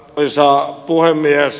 arvoisa puhemies